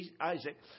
Isaac